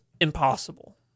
impossible